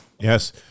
Yes